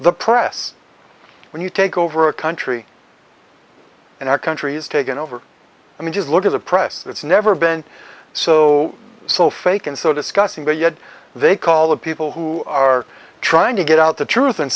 the press when you take over a country and our country's taken over i mean just look at the press that's never been so so fake and so disgusting but yet they call the people who are trying to get out the truth and